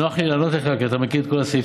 נוח לי לענות לך, כי אתה מכיר את כל הסעיפים.